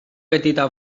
petita